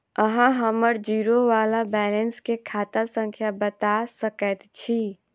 अहाँ हम्मर जीरो वा बैलेंस केँ खाता संख्या बता सकैत छी?